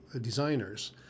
designers